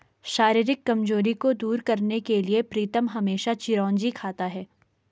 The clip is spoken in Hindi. शारीरिक कमजोरी को दूर करने के लिए प्रीतम हमेशा चिरौंजी खाता है